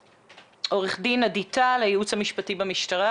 עו"ד עדי טל, הייעוץ המשפטי במשטרה